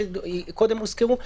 שהוזכרו קודם?